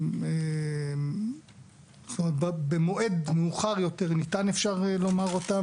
או במועד מאוחר יותר ניתן ואפשר לומר אותם